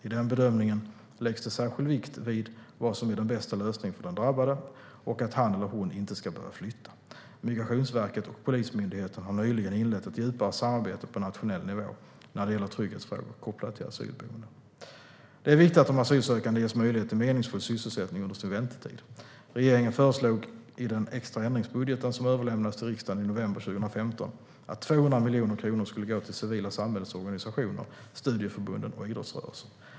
I den bedömningen läggs det särskild vikt vid vad som är den bästa lösningen för den drabbade och att han eller hon inte ska behöva flytta. Migrationsverket och Polismyndigheten har nyligen inlett ett djupare samarbete på nationell nivå när det gäller trygghetsfrågor kopplade till asylboenden. Det är viktigt att de asylsökande ges möjlighet till meningsfull sysselsättning under sin väntetid. Regeringen föreslog i den extra ändringsbudgeten, som överlämnades till riksdagen i november 2015, att 200 miljoner kronor skulle gå till det civila samhällets organisationer, studieförbunden och idrottsrörelsen.